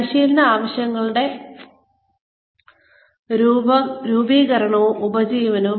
പരിശീലന ആവശ്യങ്ങളുടെ രൂപീകരണവും ഉപജീവനവും